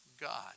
God